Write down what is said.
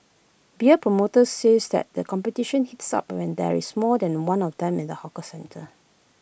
beer promoters says that the competition heats up when there is more than one of them in the hawker centre